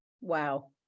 Wow